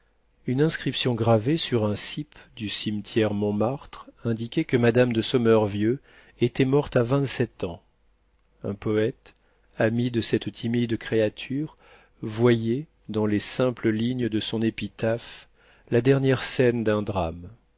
une inscription gravée sur un cippe du cimetière montmartre indiquait que madame de sommervieux était morte à vingt-sept ans un poëte ami de cette timide créature voyait dans les simples lignes de son épitaphe la dernière scène d'un drame